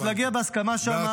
מאה אחוז, להגיע בהסכמה שם.